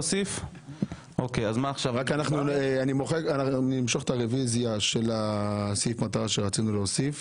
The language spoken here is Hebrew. אני אמשוך את ההסתייגות לסעיף המטרה שרצינו להוסיף